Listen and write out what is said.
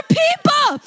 people